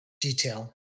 detail